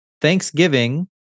Thanksgiving